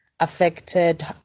Affected